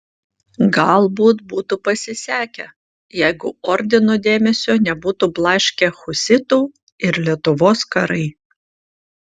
galbūt būtų pasisekę jeigu ordino dėmesio nebūtų blaškę husitų ir lietuvos karai